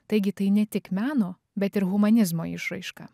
taigi tai ne tik meno bet ir humanizmo išraiška